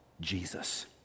Jesus